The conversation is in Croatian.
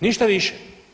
Ništa više.